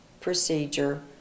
procedure